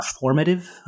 formative